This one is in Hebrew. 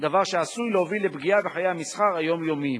דבר שעשוי להוביל לפגיעה בחיי המסחר היומיומיים.